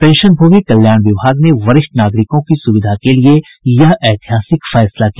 पंशनभोगी कल्याण विभाग ने वरिष्ठ नागरिकों की सुविधा के लिए यह ऐतिहासिक फैसला किया